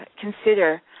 consider